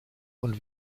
und